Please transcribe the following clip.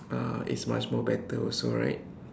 uh is much more better also right